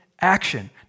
action